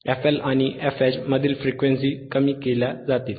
FLआणि FH मधील frequency कमी केल्या जातील